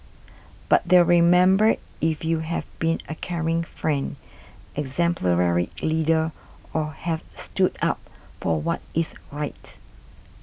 but they'll remember if you have been a caring friend exemplary leader or have stood up for what is right